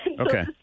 Okay